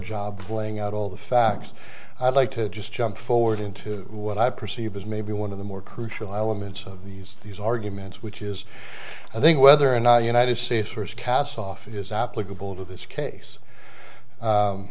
of laying out all the facts i'd like to just jump forward into what i perceive as maybe one of the more crucial elements of these these arguments which is i think whether or not the united states or its castoff is applicable to this case